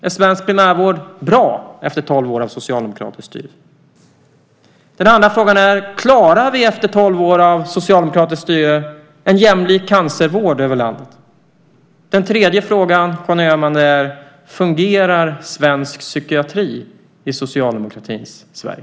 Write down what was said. Är svensk primärvård bra efter tolv år av socialdemokratiskt styre? Den andra frågan är: Klarar vi efter tolv år av socialdemokratiskt styre en jämlik cancervård över landet? Den tredje frågan är: Fungerar svensk psykiatri i socialdemokratins Sverige?